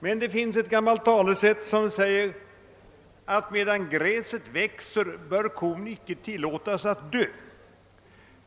Men det finns ett gammalt talesätt om att medan gräset växer bör kon inte tillåtas att dö.